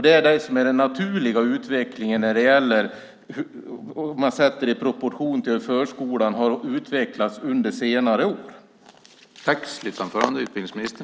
Det är det här som är den naturliga utvecklingen när man sätter det hela i proportion till hur förskolan har utvecklats under senare år.